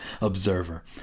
observer